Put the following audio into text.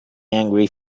angry